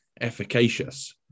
efficacious